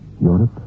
Europe